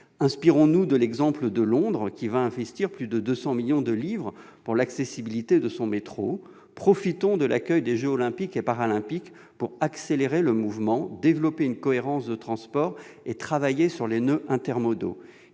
Inspirons-nous de l'exemple de Londres, qui va investir plus de 200 millions de livres pour l'accessibilité de son métro ; profitons de l'accueil des jeux Olympiques et Paralympiques pour accélérer le mouvement, développer une cohérence de transports et travailler sur les noeuds intermodaux.